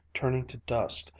turning to dust,